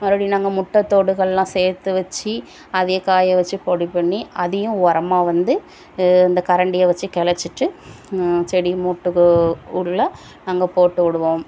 மறுபடியும் நாங்கள் முட்டத்தோடுகள்லாம் சேர்த்து வச்சி அதையும் காயவச்சு பொடி பண்ணி அதையும் உரமா வந்து இந்த கரண்டியை வச்சு கிளச்சிட்டு செடி மொட்டுக்கு உள்ள நாங்கள் போட்டு விடுவோம்